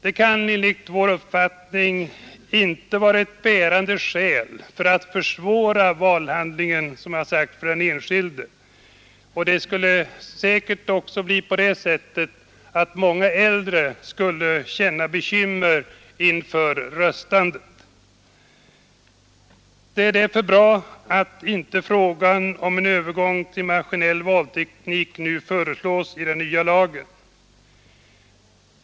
Det kan enligt vår uppfattning inte vara ett bärande skäl för att försvåra valhandlingen för den enskilde. Det skulle säkert oc bli på det sättet att många äldre skulle känna bekymmer inför röstandet i allmänna val. Det är därför bra att en övergång till maskinell valteknik inte föreslås i den nya lagen.